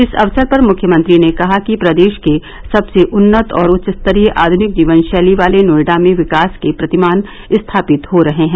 इस अवसर पर मुख्यमंत्री ने कहा कि प्रदेश के सबसे उन्नत और उच्चस्तरीय आध्निक जीवन शैली वाले नोएडा में विकास के प्रतिमान स्थापित हो रहे हैं